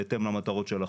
בהתאם למטרות של החוק.